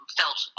felt